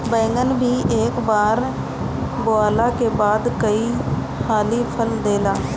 बैगन भी एक बार बोअला के बाद कई हाली फल देला